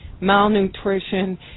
malnutrition